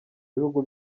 bihugu